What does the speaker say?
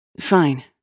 Fine